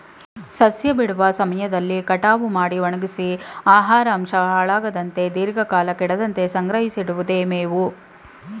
ಸಸ್ಯ ಬಿಡುವ ಸಮಯದಲ್ಲಿ ಕಟಾವು ಮಾಡಿ ಒಣಗ್ಸಿ ಆಹಾರಾಂಶ ಹಾಳಾಗದಂತೆ ದೀರ್ಘಕಾಲ ಕೆಡದಂತೆ ಸಂಗ್ರಹಿಸಿಡಿವುದೆ ಮೇವು